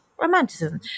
romanticism